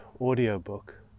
audiobook